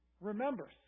remembers